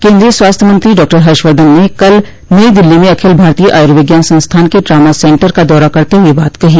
केन्द्रीय स्वास्थ्य मंत्री डॉ हर्षवर्धन ने कल नई दिल्ली में अखिल भारतीय आयुर्विज्ञान संस्थान के ट्रॉमा सेंटर का दौरा करते हुए यह बात कही